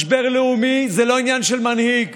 משבר לאומי זה לא עניין של מנהיג.